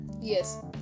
Yes